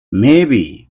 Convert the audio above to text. maybe